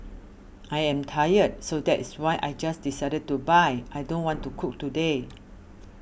I am tired so that's why I just decided to buy I don't want to cook today